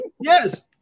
Yes